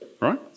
Right